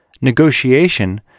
negotiation